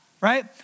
right